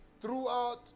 throughout